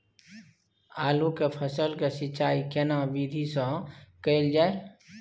आलू के फसल के सिंचाई केना विधी स कैल जाए?